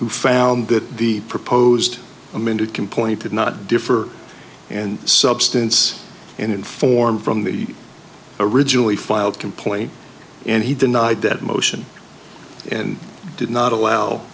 who found that the proposed amended can point did not differ and substance in form from the originally filed complaint and he denied that motion and did not allow